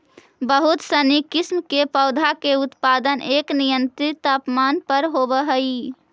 बहुत सनी किस्म के पौधा के उत्पादन एक नियंत्रित तापमान पर होवऽ हइ